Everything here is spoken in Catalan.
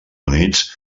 units